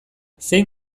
zein